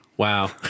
Wow